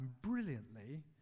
brilliantly